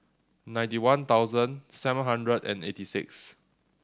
ninety one thousand seven hundred and eighty six